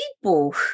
people